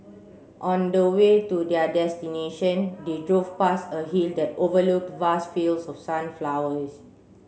on the way to their destination they drove past a hill that overlook vast fields of sunflowers